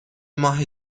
ماه